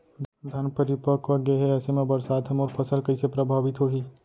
धान परिपक्व गेहे ऐसे म बरसात ह मोर फसल कइसे प्रभावित होही?